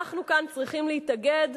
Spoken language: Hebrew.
אנחנו כאן צריכים להתאגד,